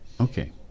Okay